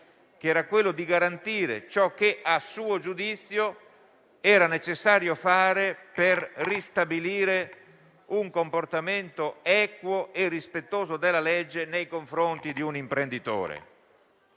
avvera di garantire ciò che a suo giudizio era necessario fare per ristabilire un comportamento equo e rispettoso della legge nei confronti di un imprenditore.